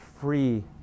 free